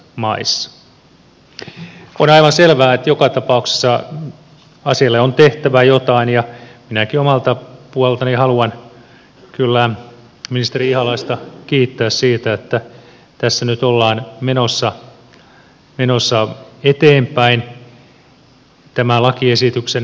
on aivan selvää että joka tapauksessa asialle on tehtävä jotain ja minäkin omalta puoleltani haluan kyllä ministeri ihalaista kiittää siitä että tässä nyt ollaan menossa eteenpäin tämän lakiesityksen osalta